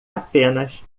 apenas